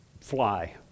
fly